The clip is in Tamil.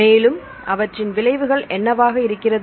மேலும் அவற்றின் விளைவுகள் என்னவாக இருக்கிறது